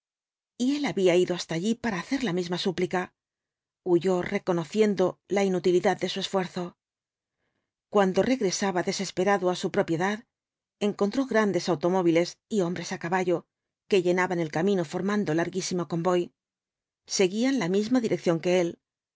y él había ido hasta allí para hacer la misma súplica huyó reconociendo la inutilidad de su esfuerzo cuando regresaba desesperado á su propiedad encontró grandes automóviles y hombres á caballo que llenaban el camino formando larguísimo convoy seguían la misma dirección que él